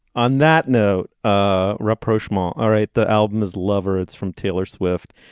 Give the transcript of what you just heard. on that note ah rapprochement all right. the album is lover it's from taylor swift.